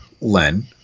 Len